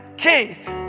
keith